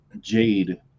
Jade